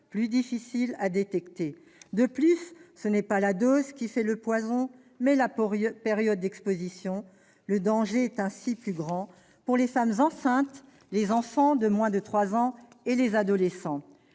plus difficile à détecter. En outre, ce n'est pas la dose qui fait le poison, mais la période d'exposition : le danger est ainsi plus grand pour les femmes enceintes, les enfants de moins de trois ans et les adolescents.